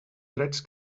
drets